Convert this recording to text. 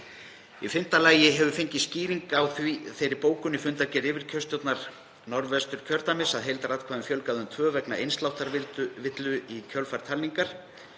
Í fimmta lagi hefur fengist skýring á þeirri bókun í fundargerð yfirkjörstjórnar Norðvesturkjördæmis að „heildaratkvæðum fjölgaði um tvö vegna innsláttarvillu í lok talningar“.